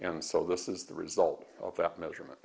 and so this is the result of that measurement